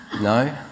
No